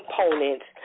components